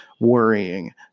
worrying